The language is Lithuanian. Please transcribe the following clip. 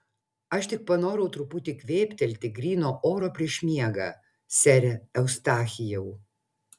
aš tik panorau truputį kvėptelti gryno oro prieš miegą sere eustachijau